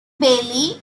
bailey